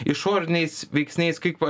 išoriniais veiksniais kaip